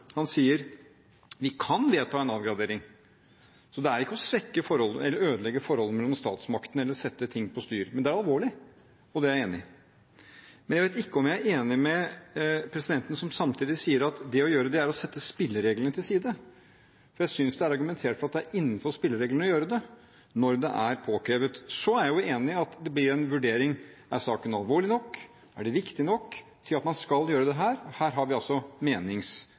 Han sier: Vi kan vedta en avgradering. Det er ikke å ødelegge forholdet mellom statsmaktene eller sette ting på styr, men det er alvorlig, og det er jeg enig i. Men jeg vet ikke om jeg er enig med presidenten, som samtidig sier at det å gjøre det er å sette spillereglene til side. Jeg synes det er argumentert for at det er innenfor spillereglene å gjøre det når det er påkrevd. Så er jeg enig i at det blir en vurdering – er saken alvorlig nok, og er den viktig nok til at man skal gjøre det her? Her har vi altså